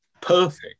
perfect